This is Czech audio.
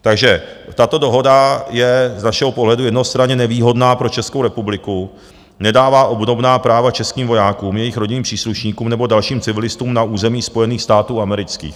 Takže tato dohoda je z našeho pohledu jednostranně nevýhodná pro Českou republiku, nedává obdobná práva českým vojákům, jejich rodinným příslušníkům nebo dalším civilistům na území Spojených států amerických.